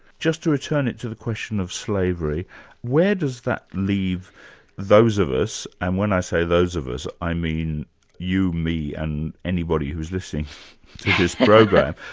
just to return it to the question of slavery where does that leave those of us and when i say those of us, i mean you, me and anybody who's listening to this program,